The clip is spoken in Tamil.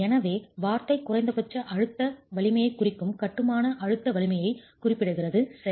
எனவே வார்த்தை குறைந்தபட்ச அழுத்த வலிமையைக் குறிக்கும் கட்டுமான அழுத்த வலிமையைக் குறிப்பிடுகிறது சரி